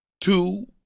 two